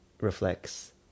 reflects